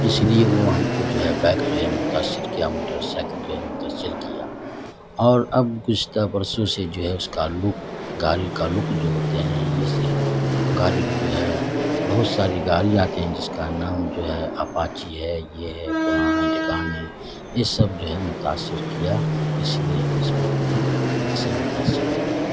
اس لیے وہ ہم کو جو ہے بائک جو ہے متاثر کیا موٹر سائیکل جو ہے متاثر کیا اور اب کچھتا برسوں سے جو ہے اس کا لک گاڑی کا لک جو ہوتے ہیں اس سے گاڑی کی جو ہے بہت ساری گاڑی آتے ہیں جس کا نام جو ہے اپاچی ہے یہ ہے ہے یہ سب جو ہے متاثر کیا اس لیے ہم اس پر جو ہے اس سے متاثر ہو گئے